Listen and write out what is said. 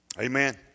Amen